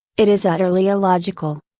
it is utterly illogical.